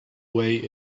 way